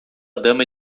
dama